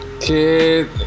Kid